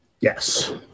Yes